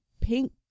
pink